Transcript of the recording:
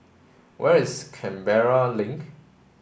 where is Canberra Link